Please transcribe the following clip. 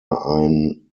ein